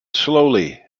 slowly